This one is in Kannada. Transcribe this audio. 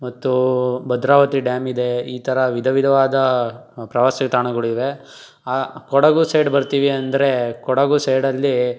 ಮತ್ತು ಭದ್ರಾವತಿ ಡ್ಯಾಮ್ ಇದೇ ಈ ಥರ ವಿಧ ವಿಧವಾದ ಪ್ರವಾಸಿ ತಾಣಗಳಿವೆ ಆ ಕೊಡಗು ಸೈಡ್ ಬರ್ತೀವಿ ಅಂದರೆ ಕೊಡಗು ಸೈಡಲ್ಲಿ